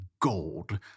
gold